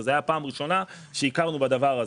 זו הייתה פעם ראשונה שהכרנו בדבר הזה.